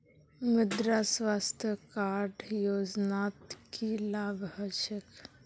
मृदा स्वास्थ्य कार्ड योजनात की लाभ ह छेक